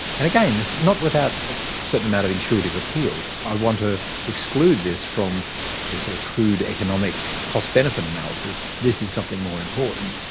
and again, it's not without a certain amount of intuitive appeal i want to exclude this from the sort of crude economic cost-benefit analysis. this is something more important.